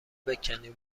بکنی